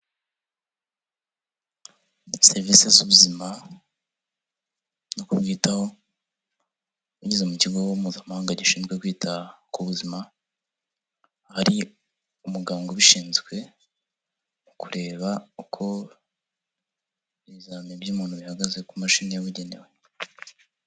Serivisi z'ubuzima no kubyitaho ugeze mu kigo mpuzamahanga gishinzwe kwita ku buzima, hari umuganga ubishinzwe mu kureba uko ibizamini by'umuntu bihagaze ku mashini yabugenewe.